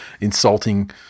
insulting